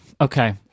Okay